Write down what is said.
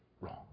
wrong